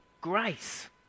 grace